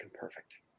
Perfect